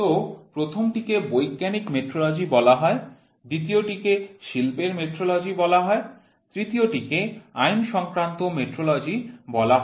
তো প্রথমটিকে বৈজ্ঞানিক মেট্রোলজি বলা হয় দ্বিতীয়টিকে শিল্পের মেট্রোলজি বলা হয় তৃতীয়টিকে আইনসংক্রান্ত মেট্রোলজি বলা হয়